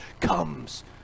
comes